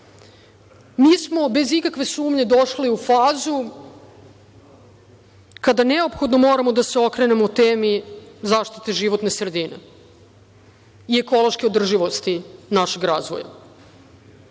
mi smo bez ikakve sumnje došli u fazu kada neophodno moramo da se okrenemo temi zaštite životne sredine i ekološke održivosti našeg razvoja.I